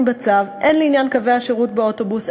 בצו הן לעניין קווי השירות באוטובוס,